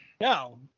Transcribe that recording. No